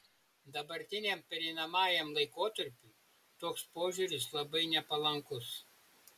dabartiniam pereinamajam laikotarpiui toks požiūris labai nepalankus